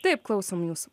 taip klausom jūsų